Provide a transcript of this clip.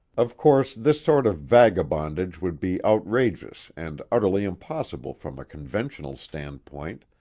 of course, this sort of vagabondage would be outrageous and utterly impossible from a conventional standpoint,